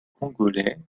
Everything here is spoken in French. congolais